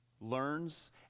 learns